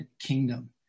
kingdom